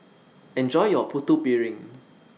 Enjoy your Putu Piring